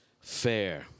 fair